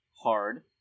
hard